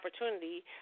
opportunity